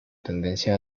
tendencia